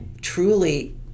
truly